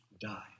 die